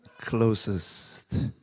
closest